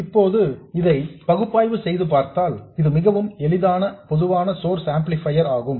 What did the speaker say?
இப்போது இதை பகுப்பாய்வு செய்து பார்த்தால் இது மிகவும் எளிதான பொதுவான சோர்ஸ் ஆம்ப்ளிபையர் ஆகும்